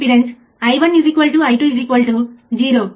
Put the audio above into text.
కాబట్టి Vout Vout విలువను మనం ఇక్కడ వ్రాస్తాము సరే